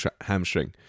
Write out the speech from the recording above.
hamstring